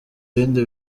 ibindi